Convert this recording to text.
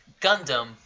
Gundam